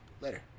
Later